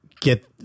get